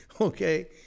okay